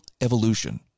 evolution